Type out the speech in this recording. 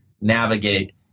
navigate